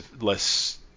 less